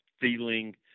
feeling